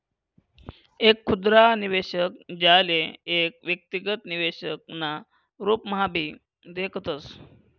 एक खुदरा निवेशक, ज्याले एक व्यक्तिगत निवेशक ना रूपम्हाभी देखतस